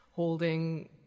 holding